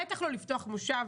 בטח לא לפתוח מושב,